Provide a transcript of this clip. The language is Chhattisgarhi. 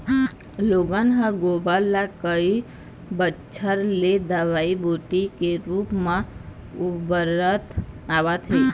लोगन ह गोबर ल कई बच्छर ले दवई बूटी के रुप म बउरत आवत हे